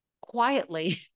quietly